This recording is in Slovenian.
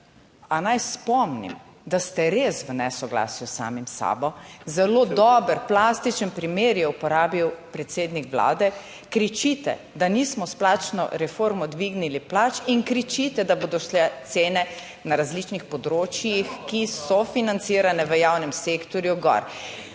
naj spomnim, da ste res v nesoglasju s samim sabo. Zelo dober plastičen primer je uporabil predsednik Vlade. Kričite, da nismo s plačno reformo dvignili plač in kričite, da bodo šle cene na različnih področjih, ki so financirane v javnem sektorju, gor.